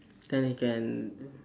then he can